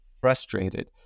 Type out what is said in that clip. frustrated